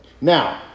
Now